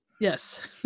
Yes